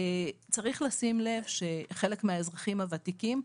צריך לשים לב שחלק מהאזרחים הוותיקים,